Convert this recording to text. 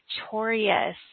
victorious